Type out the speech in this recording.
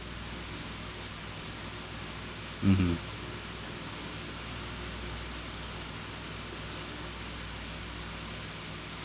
mmhmm